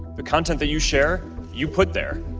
the content that you share, you put there.